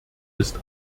ist